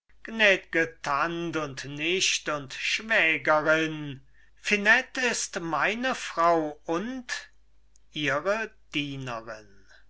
tant und nicht und schwägerin finett ist meine frau und ihre dienerin